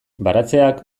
baratzeak